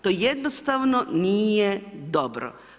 To jednostavno nije dobro.